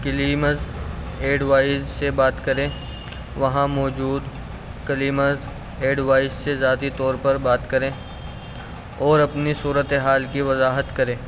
claims advisor سے بات کریں وہاں موجود کلیمرس ایڈوائز سے ذاتی طور پر بات کریں اور اپنی صورت حال کی وضاحت کریں